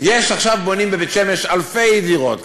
עכשיו בונים בבית-שמש אלפי דירות,